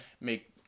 make